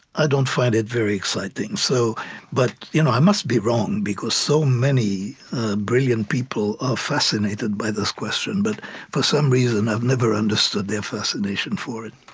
i don't find it very exciting. so but you know i must be wrong because so many brilliant people are fascinated by this question. but for some reason, i've never understood their fascination for it